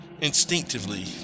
instinctively